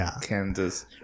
Kansas